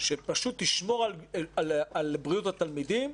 שפשוט תשמור על בריאות התלמידים,